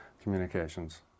communications